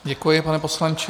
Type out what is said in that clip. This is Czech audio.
Děkuji, pane poslanče.